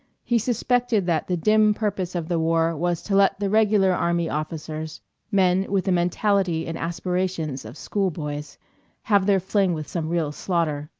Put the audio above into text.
he suspected that the dim purpose of the war was to let the regular army officers men with the mentality and aspirations of schoolboys have their fling with some real slaughter.